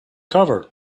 cover